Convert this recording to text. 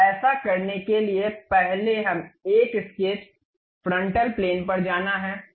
तो ऐसा करने के लिए पहले एक स्केच फ्रंटल प्लेन पर जाना है